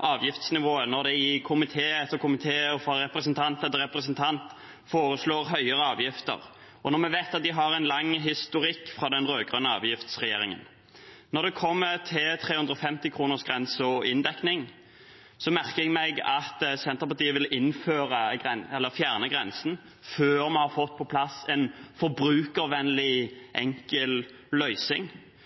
avgiftsnivået når de i komité etter komité, representant etter representant, foreslår høyere avgifter, når vi vet at de har en lang historikk fra den rød-grønne avgiftsregjeringen. Når det kommer til 350-kronersgrensen og inndekning, merker jeg meg at Senterpartiet vil fjerne grensen før vi har fått på plass en forbrukervennlig, enkel